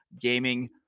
gaming